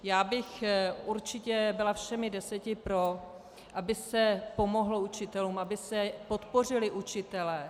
Já bych určitě byla všemi deseti pro, aby se pomohlo učitelům, aby se podpořili učitelé.